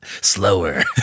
Slower